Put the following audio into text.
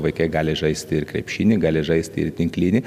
vaikai gali žaisti ir krepšinį gali žaisti ir tinklinį